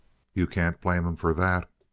you can't blame him for that.